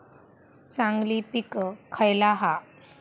चांगली पीक खयला हा?